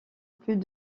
plus